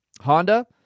Honda